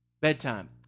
Bedtime